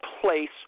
place